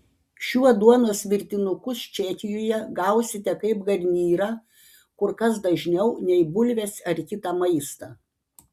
šiuo duonos virtinukus čekijoje gausite kaip garnyrą kur kas dažniau nei bulves ar kitą maistą